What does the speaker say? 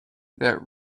that